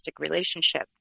relationship